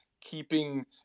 keeping